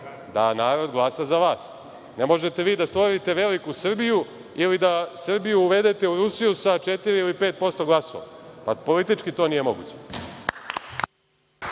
da narod glasa za vas. Ne možete vi da stvorite veliku Srbiju ili da Srbiju uvedete u Rusiju sa četiri ili pet posto glasova. Politički to nije moguće.